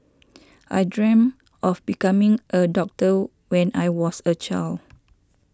I dreamt of becoming a doctor when I was a child